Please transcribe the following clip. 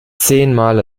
zehnmal